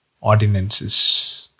ordinances